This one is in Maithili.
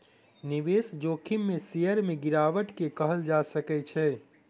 निवेश जोखिम में शेयर में गिरावट के कहल जा सकै छै